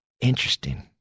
Interesting